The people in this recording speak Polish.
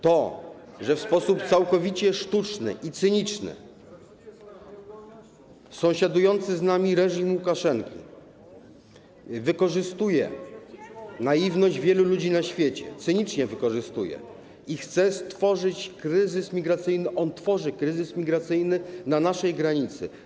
To, że w sposób całkowicie sztuczny i cyniczny sąsiadujący z nami reżim Łukaszenki wykorzystuje naiwność wielu ludzi na świecie, cynicznie wykorzystuje, i chce stworzyć kryzys migracyjny, tworzy kryzys migracyjny na naszej granicy.